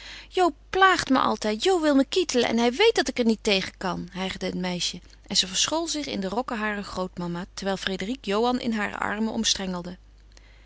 plaagt me altijd jo wil me kietelen en hij weet dat ik er niet tegen kan hijgde het meisje en ze verschool zich in de rokken harer grootmama terwijl frédérique johan in hare armen omstrengelde